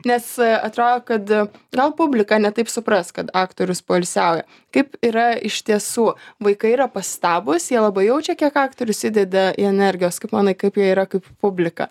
nes atrodo kad gal publika ne taip supras kad aktorius poilsiauja kaip yra iš tiesų vaikai yra pastabūs jie labai jaučia kiek aktorius įdeda energijos kaip manai kaip jie yra kaip publika